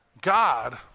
God